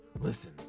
listen